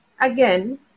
Again